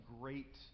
great